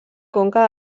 conca